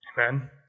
Amen